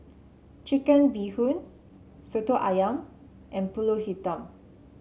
Chicken Bee Hoon Soto ayam and pulut Hitam